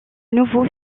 nouveau